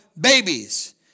babies